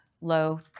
low